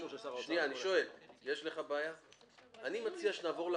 אני מציע שנעבור להקראה.